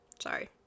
Sorry